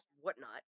whatnot